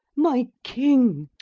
my king!